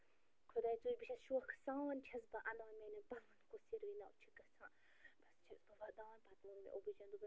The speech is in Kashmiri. خۄدایا ژٕے وٕچھِ بہٕ چھَس شوقہٕ سان چھَس بہٕ اَنان میٛانٮ۪ن پلون کۄس یِروِناو چھِ گَژھان بَس چھَس بہٕ وَدان پتہٕ ووٚن مےٚ ابوٗ جِین دوٚپُن